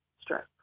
stress